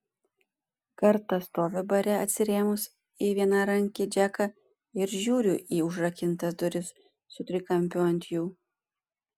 kartą stoviu bare atsirėmus į vienarankį džeką ir žiūriu į užrakintas duris su trikampiu ant jų